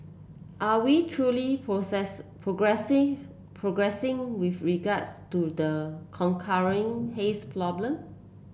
are we truly process progressing progressing with regards to the haze problem